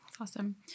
Awesome